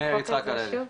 מאיר יצחק הלוי.